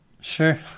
Sure